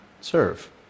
serve